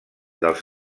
dels